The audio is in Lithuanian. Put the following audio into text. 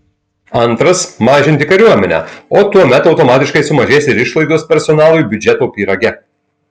antras mažinti kariuomenę o tuomet automatiškai sumažės ir išlaidos personalui biudžeto pyrage